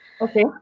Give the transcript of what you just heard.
Okay